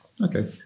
Okay